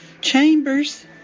chambers